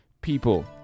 people